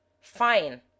Fine